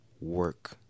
work